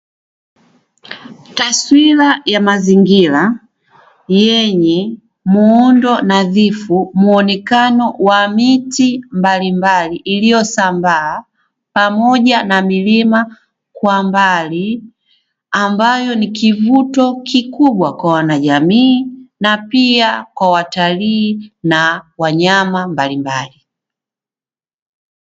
Taswira ya mazingira yenye muundo nadhifu, muonekano wa miti mbalimbali iliyosambaa pamoja na milima kwa mbali, ambayo ni kivuto kikubwa kwa wanajamii, na pia kwa watalii na wanyama mbalimbali.